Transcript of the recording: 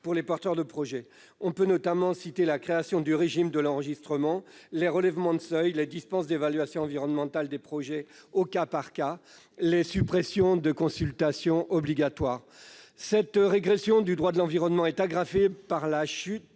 pour les porteurs de projets. On peut notamment citer la création du régime de l'enregistrement, les relèvements de seuils, les dispenses d'évaluation environnementale des projets au cas par cas, les suppressions de consultations obligatoires. Cette régression du droit de l'environnement est aggravée par la chute